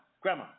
grandma